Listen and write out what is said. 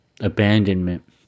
Abandonment